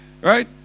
Right